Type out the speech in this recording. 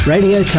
Radio